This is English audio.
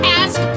ask